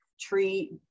Tree